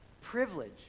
privilege